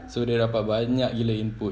so dia dapat banyak gila input